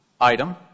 item